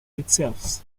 itself